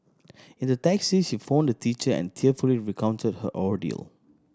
in the taxi she phoned a teacher and tearfully recounted her ordeal